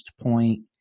point